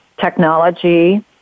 technology